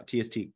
TST